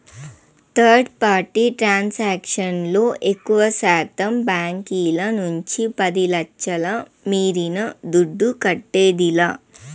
third party transaction లో ఎక్కువశాతం బాంకీల నుంచి పది లచ్ఛల మీరిన దుడ్డు కట్టేదిలా